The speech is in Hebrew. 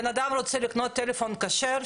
בן אדם רוצה לקנות טלפון כשר,